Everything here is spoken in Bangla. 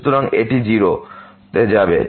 সুতরাং এটি 0 তে যাবে